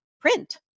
print